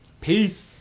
Peace